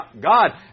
God